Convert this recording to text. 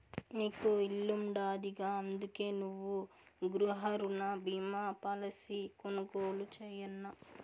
నీకు ఇల్లుండాదిగా, అందుకే నువ్వు గృహరుణ బీమా పాలసీ కొనుగోలు చేయన్నా